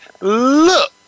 look